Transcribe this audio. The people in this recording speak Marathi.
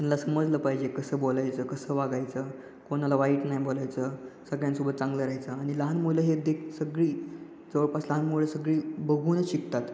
त्यांना समजलं पाहिजे कसं बोलायचं कसं वागायचं कोणाला वाईट नाही बोलायचं सगळ्यांसोबत चांगलं राहायचं आणि लहान मुलं हे देख सगळी जवळपास लहान मुलं सगळी बघूनच शिकतात